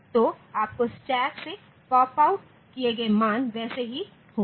तो आपको स्टैक से पॉप आउट किए गए मान वैसे ही होंगे